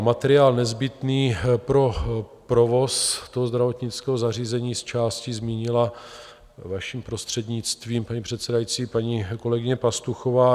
Materiál nezbytný pro provoz zdravotnického zařízení zčásti zmínila, vaším prostřednictvím, paní předsedající, paní kolegyně Pastuchová.